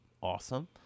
awesome